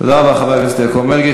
תודה רבה, חבר הכנסת יעקב מרגי.